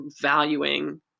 valuing